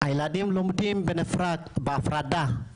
הילדים לומדים בנפרד, בהפרדה,